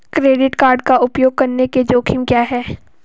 Credit card का उपयोग करने के जोखिम क्या हैं?